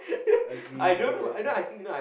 agree to that